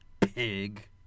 pig